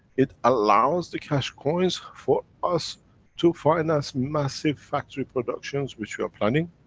it allows the keshe coins for us to finance massive factory productions which we are planning,